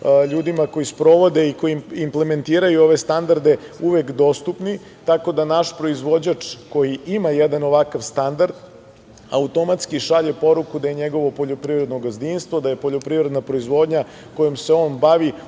ljudima koji sprovode i koji implementiraju ove standarde uvek dostupni, tako da naš proizvođač koji ima jedan ovakav standard automatski šalje poruku da je njegovo poljoprivredno gazdinstvo, da je poljoprivreda proizvodnja kojom se on bavi